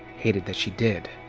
hated that she did.